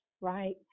right